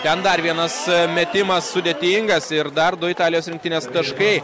ten dar vienas metimas sudėtingas ir dar du italijos rinktinės taškai